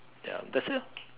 ya that's it lah